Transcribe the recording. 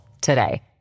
today